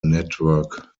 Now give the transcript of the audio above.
network